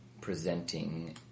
presenting